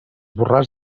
borràs